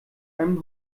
einen